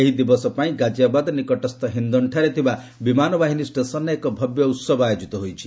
ଏହି ଦିବସ ପାଇଁ ଗାଜିଆବାଦ୍ ନିକଟସ୍ଥ ହିନ୍ଦନ୍ଠାରେ ଥିବା ବିମାନ ବାହିନୀ ଷ୍ଟେସନ୍ରେ ଏକ ଭବ୍ୟ ଉତ୍ସବ ଆଜି ଆୟୋଜିତ ହୋଇଛି